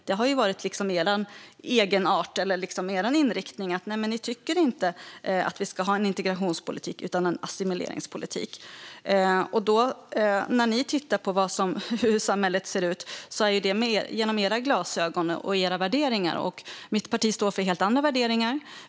Det har varit er egenart, er inriktning att vi inte ska ha en integrationspolitik utan en assimileringspolitik. När ni tittar på hur samhället ser ut är det genom era glasögon och utifrån era värderingar. Mitt parti står för helt andra värderingar.